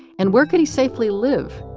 and where could he safely live?